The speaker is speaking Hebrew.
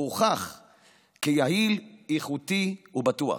והוכח כיעיל, איכותי ובטוח.